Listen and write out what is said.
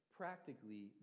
practically